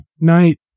night